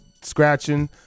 scratching